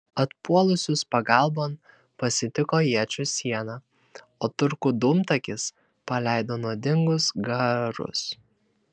atpuolusius pagalbon pasitiko iečių siena o turkų dūmtakis paleido nuodingus garus